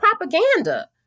propaganda